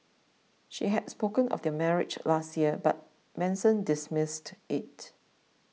she had spoken of their marriage last year but Manson dismissed it